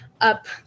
up